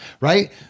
right